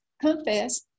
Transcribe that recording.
confess